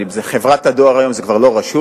אבל אם זו חברת הדואר היום זה כבר לא רשות,